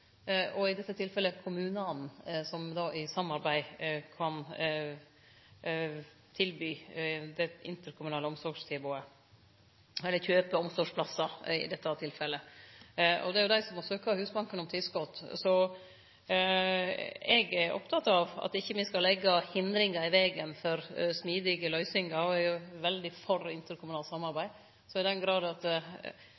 og kommunen. I dette tilfellet er det kommunane som i samarbeid kan kjøpe omsorgsplassar, og det er jo dei som må søkje Husbanken om tilskot. Eg er oppteken av at me ikkje skal leggje hindringar i vegen for smidige løysingar, og eg er veldig for interkommunalt